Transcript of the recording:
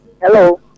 Hello